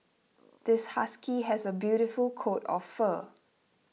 this husky has a beautiful coat of fur